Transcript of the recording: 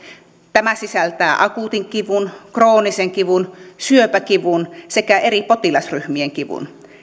tämä sisältää akuutin kivun kroonisen kivun syöpäkivun sekä eri potilasryhmien kivun